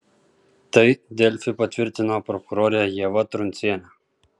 tai delfi patvirtino prokurorė ieva truncienė